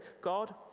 God